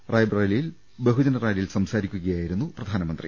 റായ്ബറേലി യിലെ ബഹുജനറാലിയിൽ സംസാരിക്കുകയായിരുന്നു പ്രധാനമന്ത്രി